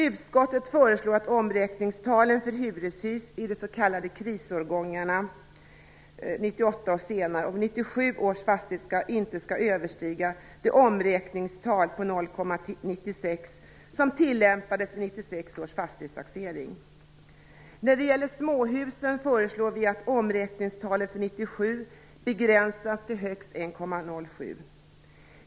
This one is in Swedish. Utskottet föreslår att omräkningstalen för hyreshus i de s.k. krisårgångarna vid 1997 års fastighetsskatt inte skall överstiga det omräkningstal på 0,96 som tillämpades vid 1996 När det gäller småhusen föreslår vi att omräkningstalet för 1997 begränsas till högst 1,07.